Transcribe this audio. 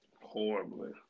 Horribly